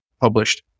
published